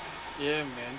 yeah man